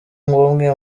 nk’umwe